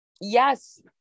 yes